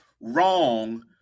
wrong